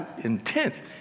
intense